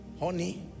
Honey